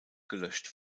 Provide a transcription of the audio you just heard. gelöscht